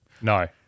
No